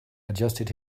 adjusted